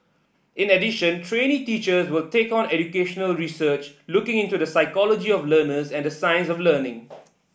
in addition trainee teachers will take on educational research looking into the psychology of learners and the science of learning